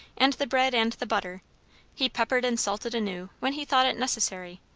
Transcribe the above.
and the bread, and the butter he peppered and salted anew, when he thought it necessary,